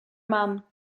mum